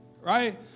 right